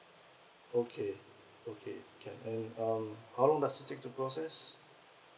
okay okay can and um how long does it take to process